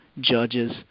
judges